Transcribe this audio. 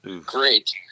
Great